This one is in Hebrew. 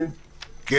אני